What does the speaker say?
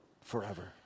Forever